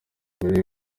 mbere